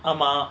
ஆமா:aama